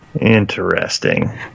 Interesting